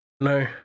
No